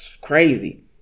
Crazy